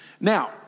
Now